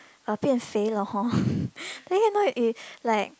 uh 变肥了 hor then you know it like